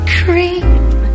cream